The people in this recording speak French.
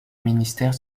ministères